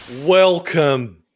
welcome